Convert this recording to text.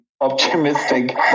optimistic